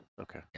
Okay